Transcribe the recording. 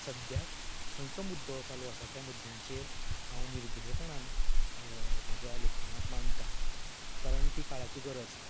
सद्याक खंयचो मुद्दो चालू आसा त्या मुद्द्याचेर हांव निर्भयपणान म्हज्या लेखनांत मांडटा कारण ती काळाची गरज